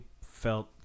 felt